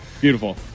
Beautiful